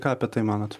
ką apie tai manot